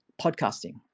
Podcasting